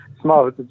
small